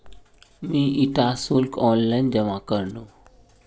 मी इटा शुल्क ऑनलाइन जमा करनु